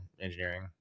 engineering